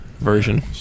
version